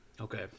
Okay